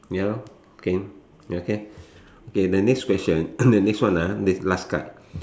ya lor okay ya can okay the next question the next one ah next last card